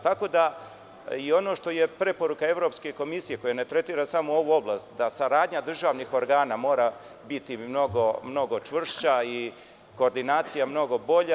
Tako da i ono što je preporuka Evropske komisije koja ne tretira samo ovu oblast da saradnja državnih organa mora biti mnogo, mnogo čvršća i koordinacija mnogo bolja.